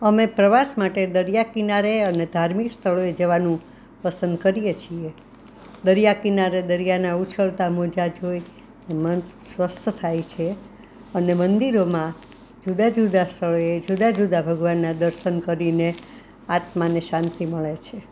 અમે પ્રવાસ માટે દરિયા કિનારે અને ધાર્મિક સ્થળોએ જવાનું પસંદ કરીએ છીએ દરિયા કિનારે દરિયાનાં ઉછળતાં મોજા જોઈ મન સ્વસ્થ થાય છે અને મંદિરોમાં જુદા જુદા સ્થળોએ જુદા જુદા ભગવાનનાં દર્શન કરીને આત્માને શાંતિ મળે છે